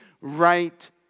right